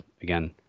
again